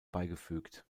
beigefügt